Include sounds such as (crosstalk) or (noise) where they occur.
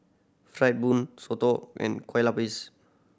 fried (unintelligible) soto and kuih (unintelligible)